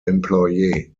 employer